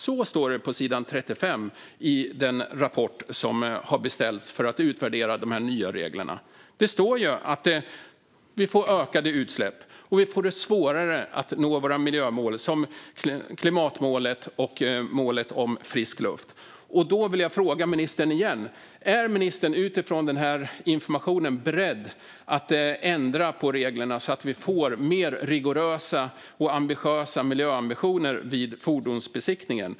Så står det på sidan 35 i den rapport som har beställts för att utvärdera de nya reglerna. Det står ju att vi får ökade utsläpp och att vi får svårare att nå våra miljömål, som klimatmålet och målet om frisk luft. Därför vill jag fråga ministern igen: Är ministern utifrån denna information beredd att ändra på reglerna så att vi får mer rigorösa miljöambitioner vid fordonsbesiktningen?